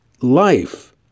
life